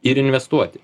ir investuoti